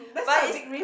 but is